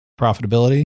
profitability